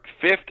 fifth